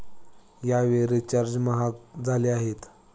यावेळी रिचार्ज महाग झाले आहेत